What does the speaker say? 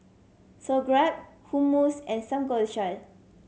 Sauerkraut Hummus and Samgeyopsal